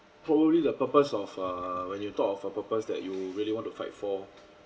probably the purpose of err when you thought of a purpose that you really want to fight for